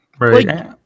right